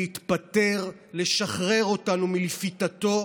להתפטר, לשחרר אותנו מלפיתתו,